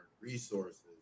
resources